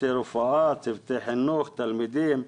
צוותי רפואה, צוותי חינוך, תלמידים?